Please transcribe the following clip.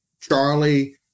Charlie